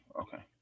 Okay